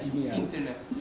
internet